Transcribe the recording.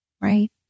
right